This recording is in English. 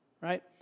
right